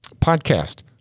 podcast